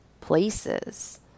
places